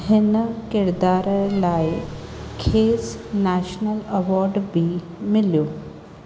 हिन किरदारु लाइ खेसि नेशनल अवार्ड बि मिलियो